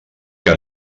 que